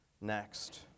next